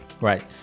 Right